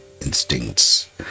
instincts